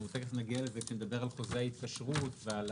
תכף נגיע לזה כשנדבר על חוזה ההתקשרות ועל